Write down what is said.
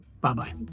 Bye-bye